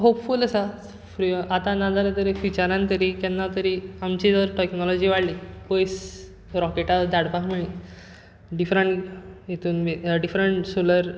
hopeful आसा free आता ना जाल्यार तरी फ्यूचरान तरी केन्ना तरी आमची जर टेक्नॉलजी वाडली पयस रॉकेटां धाडपाक मेळ्ळी डिफ्रन्ट हेतुन बी डिफ्रन्ट सोलर